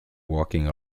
walking